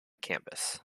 campus